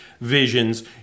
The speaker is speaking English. visions